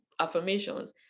affirmations